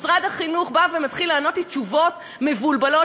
משרד החינוך בא ומתחיל לענות לי תשובות מבולבלות